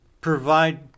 provide